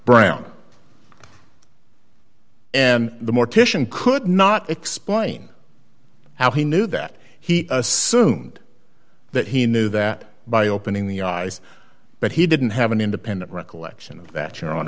brown and the mortician could not explain how he knew that he assumed that he knew that by opening the eyes but he didn't have an independent recollection of that your hon